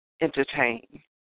entertain